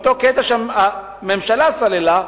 אותו קטע שהממשלה סללה,